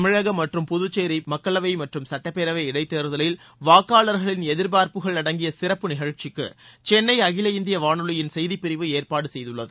தமிழகம் மற்றும் புதுச்சேரியில் மக்களவை மற்றும் சட்டப்பேரவை இடைத்தேர்தலில் வாக்காளர்களின் எதிர்பார்ப்புகள் அடங்கிய சிறப்பு நிகழ்ச்சிக்கு சென்னை அகில இந்திய வானொலியின் செய்திப்பிரிவு ஏற்பாடு செய்துள்ளது